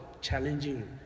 challenging